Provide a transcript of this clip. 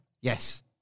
Yes